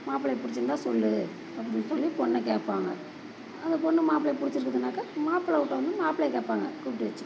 மாப்பிள்ளையை பிடிச்சிருந்தா சொல்லு அப்படின்னு சொல்லி பொண்ணை கேட்பாங்க அந்த பொண்ணு மாப்பிள்ளையை பிடிச்சிருக்குதுன்னாக்கா மாப்ளை வீட்ல வந்து மாப்பிள்ளையை கேட்பாங்க கூப்பிட்டு வச்சு